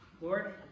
Lord